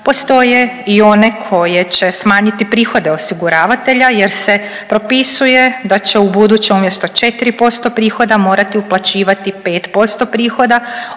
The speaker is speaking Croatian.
postoje i one koje će smanjiti prihode osiguravatelja jer se propisuje da će ubuduće umjesto 4% prihoda morati uplaćivati 5% prihoda